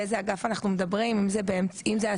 אז זה יכול להיות באמצעות הלשכות הפרטיות,